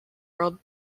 world